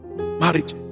Marriage